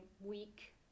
week